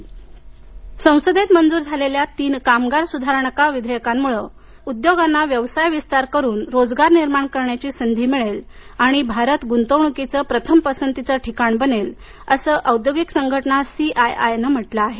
CII संसदेत मंजूर झालेल्या तीन कामगार सुधारणा विधेयकांमुळे उद्योगांना व्यवसाय विस्तार करून रोजगार निर्माण करण्याची संधी मिळेल आणि भारत गुंतवणुकीचं प्रथम पसंतीचं ठिकाण बनेल असं औद्योगिक संघटना सीआयआयनं म्हटलं आहे